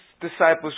disciples